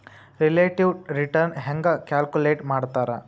relative return ಹೆಂಗ calculate ಮಾಡ್ತಾರಾ